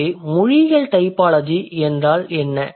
எனவே மொழியியல் டைபாலஜி என்றால் என்ன